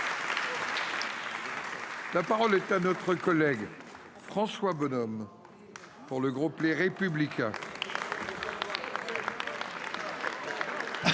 La parole est à M. François Bonhomme, pour le groupe Les Républicains.